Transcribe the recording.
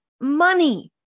money